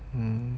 mm